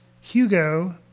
Hugo